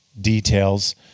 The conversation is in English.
details